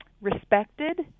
respected